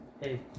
Hey